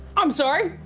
i'm sorry.